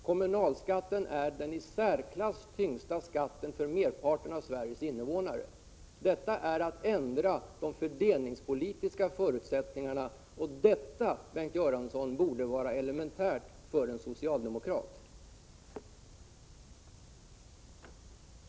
Kommunalskatten är den i särklass tyngsta skatten för merparten av Sveriges invånare. Detta är att ändra de fördelningspolitiska förutsättningarna. Det borde, Bengt Göransson, vara elementärt för en socialdemokrat.